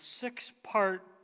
six-part